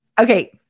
Okay